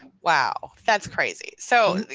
wow, that's crazy. so,